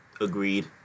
Agreed